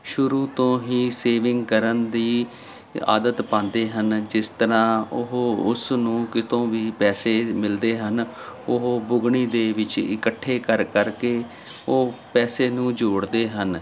ਸ਼ੁਰੂ ਤੋਂ ਹੀ ਸੇਵਿੰਗ ਕਰਨ ਦੀ ਆਦਤ ਪਾਉਂਦੇ ਹਨ ਜਿਸ ਤਰ੍ਹਾਂ ਉਹ ਉਸ ਨੂੰ ਕਿਤੋਂ ਵੀ ਪੈਸੇ ਮਿਲਦੇ ਹਨ ਉਹ ਬੁਗਣੀ ਦੇ ਵਿੱਚ ਇਕੱਠੇ ਕਰ ਕਰਕੇ ਉਹ ਪੈਸੇ ਨੂੰ ਜੋੜਦੇ ਹਨ